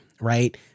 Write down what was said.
Right